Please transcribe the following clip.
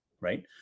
right